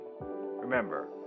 Remember